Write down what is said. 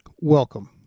Welcome